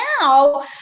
now